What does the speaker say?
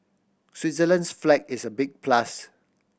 Switzerland's flag is a big plus